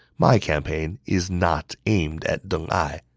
my campaign is not aimed at deng ai,